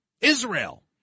Israel